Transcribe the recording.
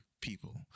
people